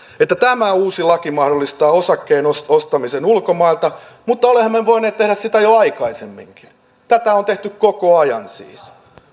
että tämä uusi laki mahdollistaa osakkeiden ostamisen ulkomailta mutta olemmehan me voineet tehdä sitä jo aikaisemminkin tätä on tehty koko ajan siis